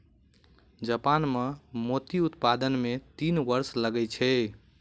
Japan मे मोती उत्पादन मे तीन वर्ष लगै छै